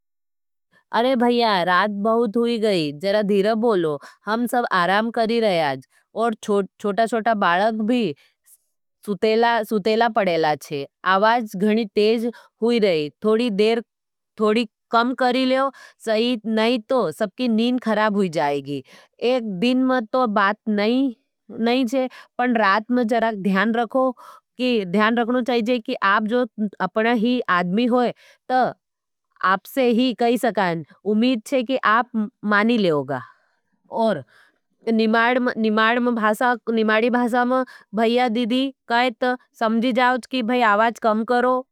अरे भाईया, रात बहुत हुई गई, जरा धीर बोलो हम सब आराम करी रहा। और छोटा-छोटा बालक भी सुतेला-सुतेला पड़ेला छे। आवाज घनी तेज़ हुई रहे, थोड़ी देर, थोड़ी कम करी लेओ, नई तो सबकी नींद खराब हुई जाएगी। एक दिन में तो बात नहीं नहीं छे, पर रात में जरा ध्यान रखो, ध्यान रखनो चाहिए कि आप अपना ही आदमी होई तो आपसे ही कही सकायें। उम्मीद छे कि आप मानी लेओगा और निमाडी भासा में भाईया दिदी कैत समझी जाओच की भाई आवाज कम करो।